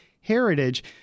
heritage